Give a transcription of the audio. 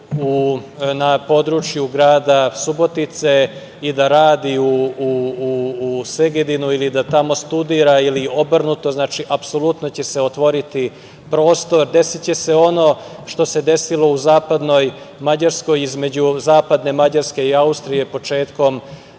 na području grada Subotice i da radi u Segedinu ili da tamo studira, ili obrnuto, znači, apsolutno će se otvoriti prostor. Desiće se ono što se desilo u zapadnoj Mađarskoj između zapadne Mađarske i Austrije početkom